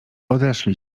odeszli